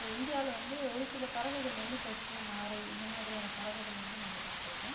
so இந்தியாவில் வந்து ஒரு சில பறவைகள் வந்து கொக்கு நாரை இந்தமாதிரியான பறவைகள் வந்து நம்ம பார்த்துருக்கோம்